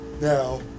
Now